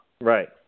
Right